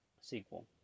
sequel